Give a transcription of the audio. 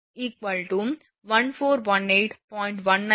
73 1418